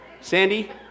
Sandy